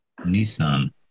Nissan